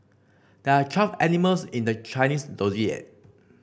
there are twelve animals in the Chinese Zodiac